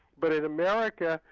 but in america,